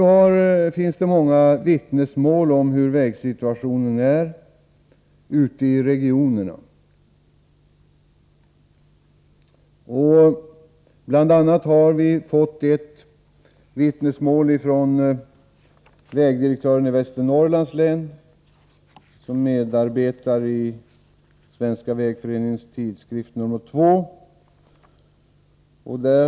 Det finns många vittnesmål om hur vägsituationen är ute i regionerna. Bl.a. finns ett uttalande från vägdirektören i Västernorrlands län, vilken medarbetar i Svenska vägföreningens tidskrift, nr 2.